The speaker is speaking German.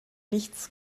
nichts